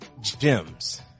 gems